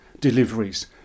deliveries